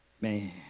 Man